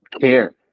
care